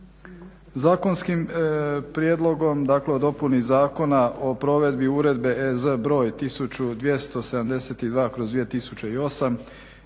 Zakonskim prijedlogom o dopuni Zakona o provedbi Uredbe (EZ) br. 1272/2008